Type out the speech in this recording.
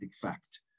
fact